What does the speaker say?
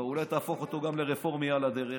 ואולי תהפוך אותו גם לרפורמי על הדרך,